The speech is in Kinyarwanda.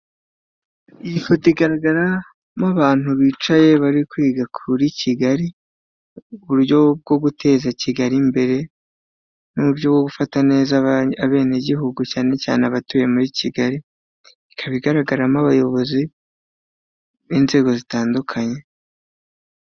Iyi foto igaragaramo abantu bicaye bari kwiga kuri Kigali, uburyo bwo guteza Kigali imbere n'uburyo bwo gufata neza abenegihugu, cyane cyane abatuye muri Kigali, ikaba igaragaramo abayobozi b'inzego zitandukanye.